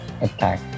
attack